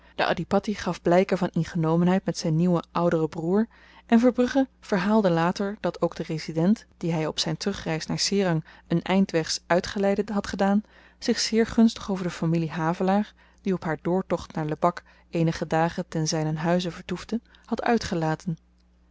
de adhipatti gaf blyken van ingenomenheid met zyn nieuwen ouder broeder en verbrugge verhaalde later dat ook de resident dien hy op zyn terugreis naar serang een eind wegs uitgeleide had gedaan zich zeer gunstig over de familie havelaar die op haar doortocht naar lebak eenige dagen ten zynen huize vertoefde had uitgelaten